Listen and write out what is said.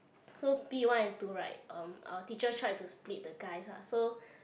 so P-one and two right um our teacher tried to split the guys ah so